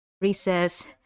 recess